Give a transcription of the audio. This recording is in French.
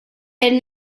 elle